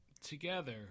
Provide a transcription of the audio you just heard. Together